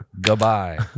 Goodbye